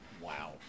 Wow